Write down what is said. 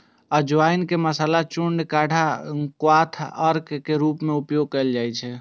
अजवाइन के मसाला, चूर्ण, काढ़ा, क्वाथ आ अर्क के रूप मे उपयोग कैल जाइ छै